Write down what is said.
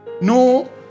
No